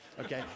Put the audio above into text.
okay